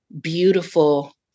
beautiful